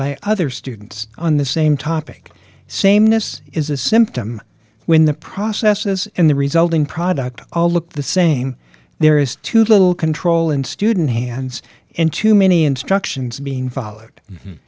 by other students on the same topic sameness is a symptom when the process is in the resulting product all look the same there is too little control in student hands and too many instructions being followed